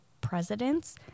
presidents